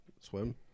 swim